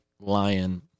lion